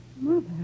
Mother